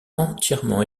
entièrement